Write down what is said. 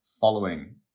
following